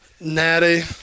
Natty